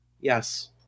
yes